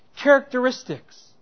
characteristics